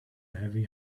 heavy